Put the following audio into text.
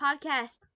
podcast